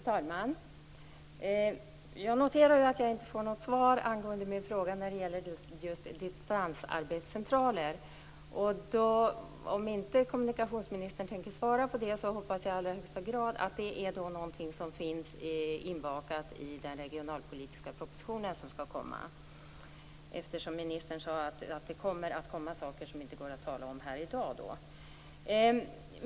Fru talman! Jag noterar att jag inte får något svar på min fråga om distansarbetscentraler. Om inte kommunikationsministern tänker svara på den hoppas jag i allra högsta grad att det är något som finns inbakat i den regionalpolitiska propositionen som skall komma - ministern sade ju att det senare kommer förslag som hon inte kan tala om här i dag.